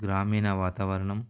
గ్రామీణ వాతావరణం